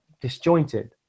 disjointed